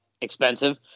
expensive